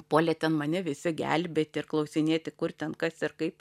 puolė ten mane visi gelbėti ir klausinėti kur ten kas ir kaip